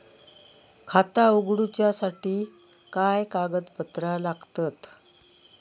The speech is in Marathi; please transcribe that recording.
खाता उगडूच्यासाठी काय कागदपत्रा लागतत?